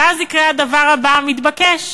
ואז יקרה הדבר הבא המתבקש: